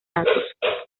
datos